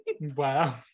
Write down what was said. Wow